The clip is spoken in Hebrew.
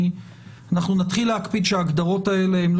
אנחנו נתחיל להקפיד על כך שההגדרות האלה לא